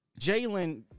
Jalen